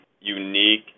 unique